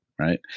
right